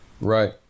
right